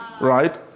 right